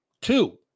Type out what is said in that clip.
Two